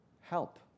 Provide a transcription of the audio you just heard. help